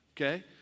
Okay